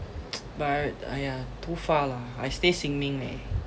but !aiya! too far lah I stay sin ming leh